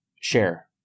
share